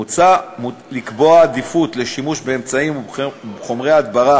מוצע לקבוע עדיפות לשימוש באמצעים ובחומרי הדברה